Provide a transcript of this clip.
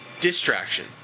Distraction